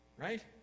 Right